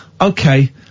okay